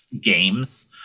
games